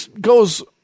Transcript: goes